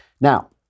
Now